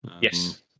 Yes